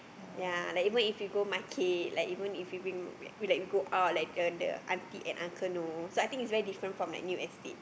ya like even if we go market like even if we we like go out like the auntie and uncle even know very different from new estate